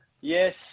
Yes